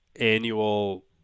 annual